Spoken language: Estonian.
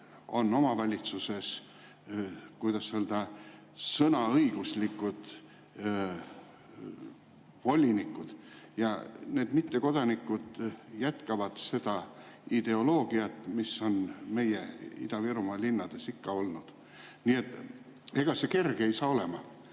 on omavalitsuses, kuidas öelda, sõnaõigusega volinikud. Ja need mittekodanikud jätkavad seda ideoloogiat, mis on Ida-Virumaa linnades ikka [au sees] olnud. Nii et ega see kerge ei saa olema.